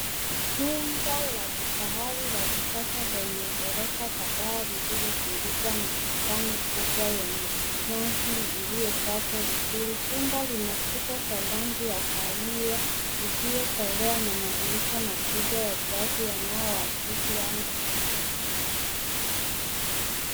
Chumba la kifahari la kisasa lenye ghorofa kataa lililozungukwa na bustani kubwa enye nyonzi iliokatwa vizuri , chumba lina kuta za rangi ya kahawia isiookolea na madirisha makubwa ya klazi yanaoagizi angaa.